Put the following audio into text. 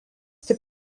taip